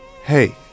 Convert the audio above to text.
Hey